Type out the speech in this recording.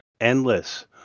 Endless